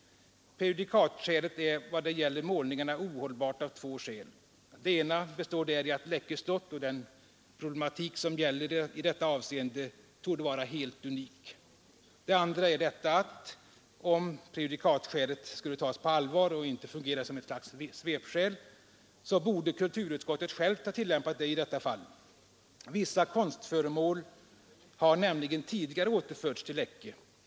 Prejudikatskälet är vad det gäller målningarna ohållbart av två orsaker. Den ena är att Läckö slott och den problematik som gäller i detta avseende torde vara helt unika. Den andra är att om prejudikatskälet skall tas på allvar — och inte fungera som ett svepskäl — borde kulturutskottet självt ha tillämpat det i detta fall. Vissa konstföremål har nämligen tidigare återförts till Läckö.